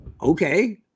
Okay